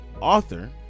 author